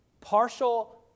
Partial